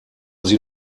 sie